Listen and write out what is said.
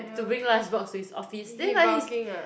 to bring lunch box to his office then like he's